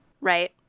right